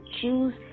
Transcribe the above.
choose